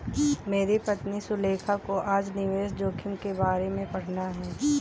मेरी पत्नी सुलेखा को आज निवेश जोखिम के बारे में पढ़ना है